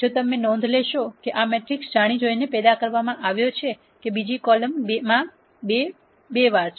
જો તમે નોંધ લેશો કે આ મેટ્રિક્સ જાણી જોઈને પેદા કરવામાં આવ્યો છે કે બીજી કોલમ બે વાર છે